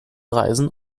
reisen